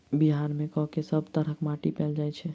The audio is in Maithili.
बिहार मे कऽ सब तरहक माटि पैल जाय छै?